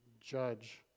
judge